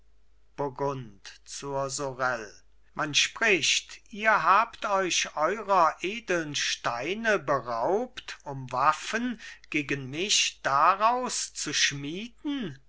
zur sorel man spricht ihr habt euch eurer edeln steine beraubt um waffen gegen mich daraus zu schmieden